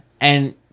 And-